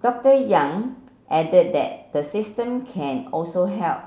Doctor Yang added that the system can also help